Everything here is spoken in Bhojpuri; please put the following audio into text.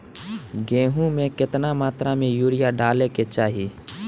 गेहूँ में केतना मात्रा में यूरिया डाले के चाही?